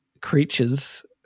creatures